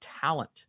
talent